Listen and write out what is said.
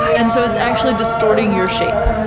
and so it's actually distorting your shape